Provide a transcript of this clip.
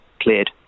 cleared